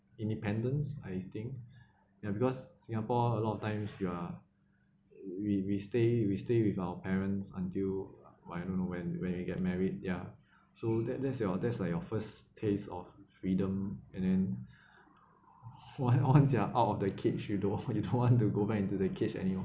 independence I think ya because singapore a lot of times you are we we stay we stay with our parents until I don't know when when you get married ya so that that's your that's your first taste of freedom and then for once you are out of the cage you don't want you don't want to go back into the cage anymore